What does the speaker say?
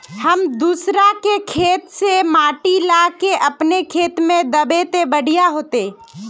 हम दूसरा के खेत से माटी ला के अपन खेत में दबे ते बढ़िया होते?